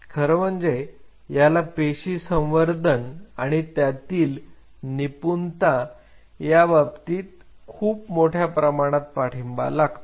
खरं म्हणजे याला पेशी संवर्धन आणि त्यातील निपुणता याबाबतीत खूप मोठ्या प्रमाणात पाठिंबा लागतो